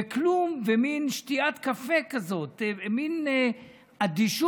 וכלום, מין שתיית קפה כזאת, מין אדישות